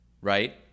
Right